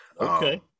Okay